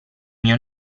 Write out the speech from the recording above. mio